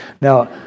Now